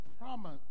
promise